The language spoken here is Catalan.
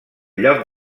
lloc